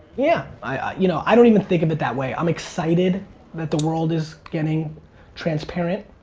yeah, i you know i don't even think of it that way. i'm excited that the world is getting transparent.